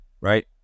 right